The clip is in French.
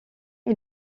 est